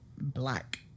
black